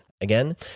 Again